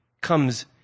comes